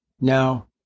Now